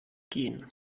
gehen